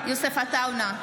אינו נוכח יוסף עטאונה,